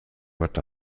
bat